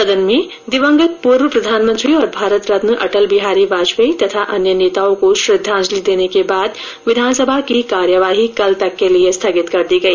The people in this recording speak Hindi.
सदन में दिवंगत पूर्व प्रधानमंत्री और भारत रत्न अटल बिहारी वाजपेयी तथा अन्य नेताओं को श्रद्वाजंलि देने के बाद विधानसभा की कार्यवाही कल तक के लिये स्थगित कर दी गई